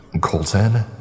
Colton